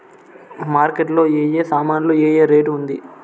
Market లో ఏ ఏ సామాన్లు ఏ ఏ రేటు ఉంది?